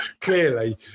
clearly